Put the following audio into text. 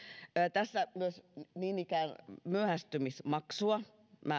tässä niin ikään myöhästymismaksua